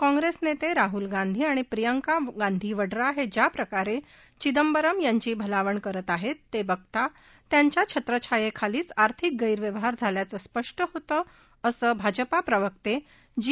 काँग्रस्त नसरिहूल गांधी आणि प्रियंका गांधी वड्रा हज्याप्रकाराचिंदबरम यांची भलावण करत आहस्त त बिघता त्यांच्या छत्रछायखीलीच आर्थिक गैरव्यवहार झाल्याचं स्पष्ट होतं असं भाजपा प्रवर्त ज्ञी